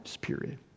period